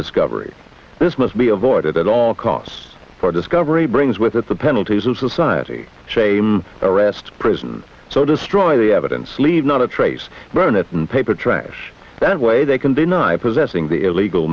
discovery this must be avoided at all costs for discovery brings with it the penalties of society shame arrest prison so destroy the evidence leave not a trace burn it in paper trash that way they can deny possessing the illegal